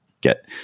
get